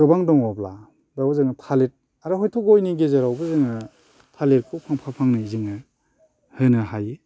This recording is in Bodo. गोबां दङब्ला बेयाव जोङो थालिर आरो हयथ' गयनि गेजेरावबो जोङो थालिरखौ फांफा फांनै जोङो होनो हायो